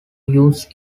use